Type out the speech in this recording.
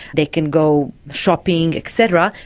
they can go shopping etc,